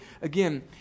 again